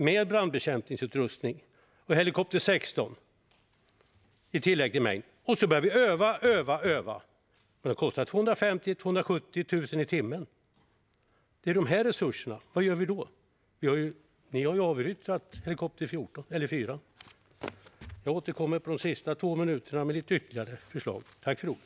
Det här gäller även Helikopter 16. Och så börjar vi öva, öva och öva. Men det kostar 250 000-270 000 i timmen. Det är de resurserna det är fråga om. Vad gör vi då? Ni har ju avyttrat Helikopter 4. Jag återkommer med ytterligare förslag under mina sista två minuter.